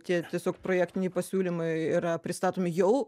tie tiesiog projektiniai pasiūlymai yra pristatomi jau